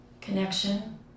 Connection